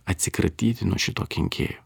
atsikratyti nuo šito kenkėjo